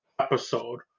episode